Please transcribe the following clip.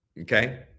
Okay